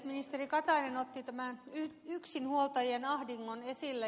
ministeri katainen otti tämän yksinhuoltajien ahdingon esille